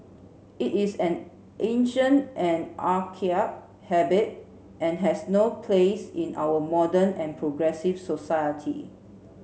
it is an ancient and archaic habit and has no place in our modern and progressive society